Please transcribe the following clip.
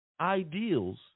ideals